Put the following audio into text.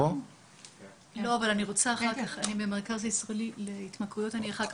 אני מהמרכז הישראלי להתמכרויות ואני אשמח להתייחס.